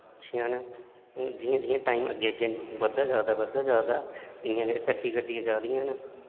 अच्छियां न जियां जियां टाइम अग्गें अग्गें बधदा जा दा बधदा जा दा इ'यां गै एह् तरक्की करदियां जा दियां न